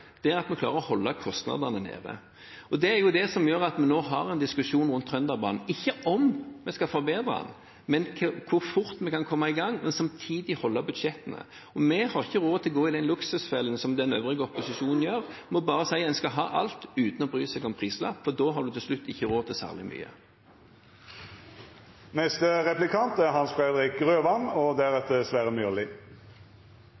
tredje at vi klarer å holde kostnadene nede. Det er det som gjør at vi nå har en diskusjon rundt Trønderbanen – ikke om vi skal forbedre den, men om hvor fort vi kan komme i gang og samtidig holde budsjettene. Vi har ikke råd til å gå i den luksusfellen som den øvrige opposisjonen gjør, og bare si at man skal ha alt, uten å bry seg om prislapp. Da har man til slutt ikke råd til særlig mye. Midlene til gang- og